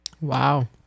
wow